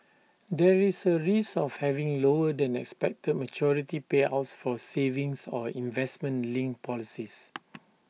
there is A risk of having lower than expected maturity payouts for savings or investment linked policies